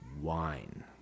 Wine